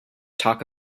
talk